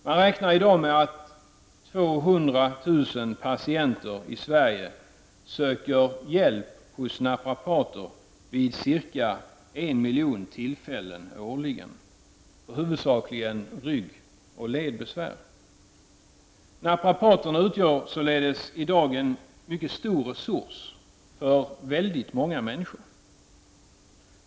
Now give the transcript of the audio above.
Man räknar med att 200 000 patienter i Sverige i dag söker hjälp hos naprapater vid cirka en miljon tillfällen årligen för huvudsakligen ryggoch ledbesvär. Naprapaterna utgör således i dag en mycket stor resurs för väldigt många människor.